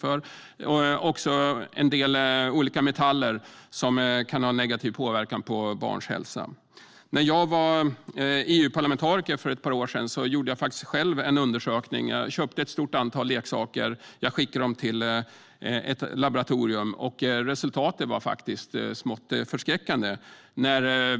Det finns också en del olika metaller som kan ha negativ påverkan på barns hälsa. När jag var EU-parlamentariker för ett par år sedan gjorde jag själv en undersökning. Jag köpte ett stort antal leksaker och skickade dem till ett laboratorium. Resultatet var smått förskräckande.